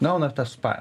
gauna tas pats